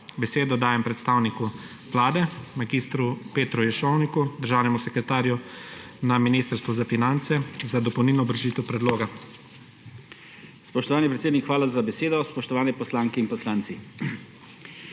Besedo dajem predstavniku Vlade mag. Petru Ješovniku, državnemu sekretarju na Ministrstvu za finance, za dopolnilno obrazložitev predloga. MAG. PETER JEŠOVNIK: Spoštovani predsednik, hvala za besedo. Spoštovane poslanke in poslanci!